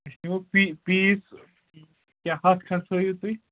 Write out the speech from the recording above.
أسۍ نِمو پی پیٖس کیٛاہ ہَتھ کھنٛڈ ٹھٲوِو تُہۍ